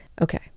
Okay